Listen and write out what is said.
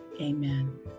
Amen